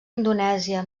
indonèsia